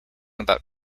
about